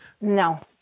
No